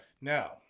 Now